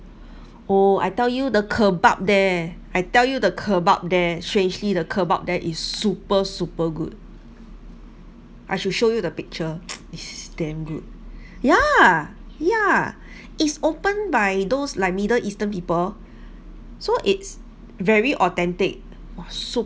oh I tell you the kebab there I tell you the kebab there strangely the kebab there is super super good I should show you the picture is damn good ya ya is opened by those like middle eastern people so it's very authentic !wah!